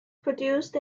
produced